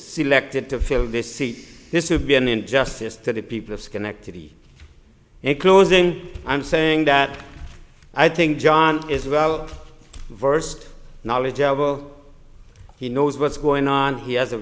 selected to fill this seat this would be an injustice to the people of schenectady in closing i'm saying that i think john is well versed knowledgeable he knows what's going on he has a